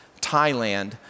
Thailand